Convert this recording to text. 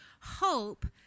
hope